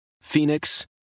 Phoenix